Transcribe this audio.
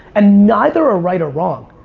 and neither are right or wrong.